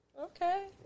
Okay